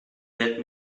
let